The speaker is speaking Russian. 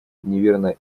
неверно